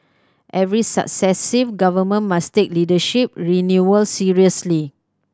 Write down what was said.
every successive Government must take leadership renewal seriously